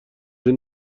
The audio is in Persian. این